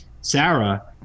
Sarah